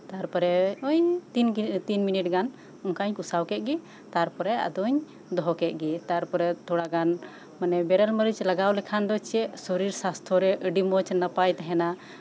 ᱛᱟᱨᱯᱚᱨᱮ ᱳᱭ ᱛᱤᱱ ᱢᱤᱱᱤᱴ ᱜᱟᱱ ᱚᱱᱠᱟᱧ ᱠᱚᱥᱟᱣ ᱠᱮᱫ ᱜᱮ ᱛᱟᱨᱯᱚᱨᱮ ᱟᱫᱚᱧ ᱫᱚᱦᱚ ᱠᱮᱫ ᱜᱮ ᱛᱟᱨᱯᱚᱨᱮ ᱛᱷᱚᱲᱟ ᱜᱟᱱ ᱢᱟᱱᱮ ᱵᱮᱨᱮᱞ ᱢᱟᱨᱤᱪ ᱞᱟᱜᱟᱣ ᱞᱮᱠᱷᱟᱱ ᱫᱚ ᱪᱮᱫ ᱥᱚᱨᱤᱨ ᱥᱟᱥᱛᱚ ᱨᱮ ᱟᱹᱰᱤ ᱢᱚᱸᱡᱽ ᱱᱟᱯᱟᱭ ᱛᱟᱦᱮᱱᱟ